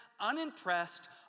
Unimpressed